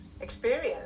experience